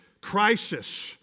crisis